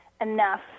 enough